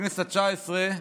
בכנסת התשע-עשרה,